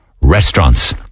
restaurants